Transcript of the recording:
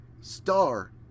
star